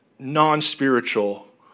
non-spiritual